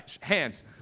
Hands